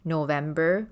November